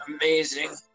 amazing